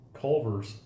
Culver's